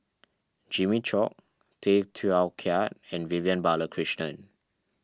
Jimmy Chok Tay Teow Kiat and Vivian Balakrishnan